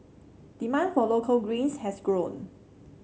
demand for local greens has grown